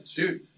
dude